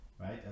Right